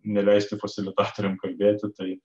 neleisti fasilitatoriam kalbėti tai